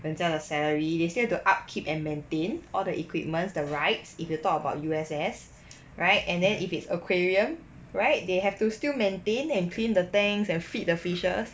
人家的 salary they said to upkeep and maintain or the equipments the rights if you talk about U_S_S right and then if it's aquarium right they have to still maintain and clean the tanks and feed the fishes